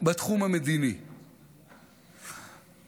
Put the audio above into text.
זה המשרדים הממשלתיים המיותרים,